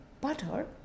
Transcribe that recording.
Butter